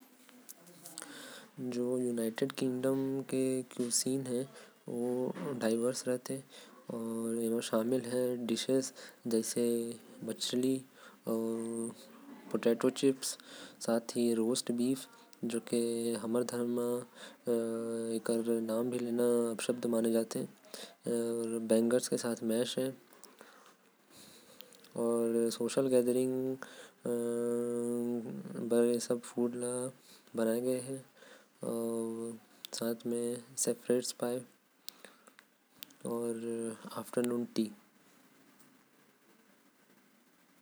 United Kingdom के पहक शैली बहुते डाइवर्स होथे। यूनाइटेड किंगडम में प्रमुख पाक शैली मन आथे। मछली आलू चिप्स अउ। भुंजल मांस गाय के जो कि हमर धर्म मे पाप होते।